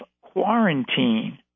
quarantine